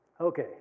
Okay